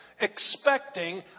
Expecting